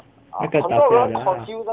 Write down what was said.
那个打架的啦